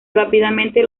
rápidamente